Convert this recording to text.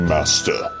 Master